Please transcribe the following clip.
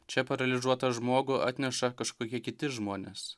čia paralyžiuotą žmogų atneša kažkokie kiti žmonės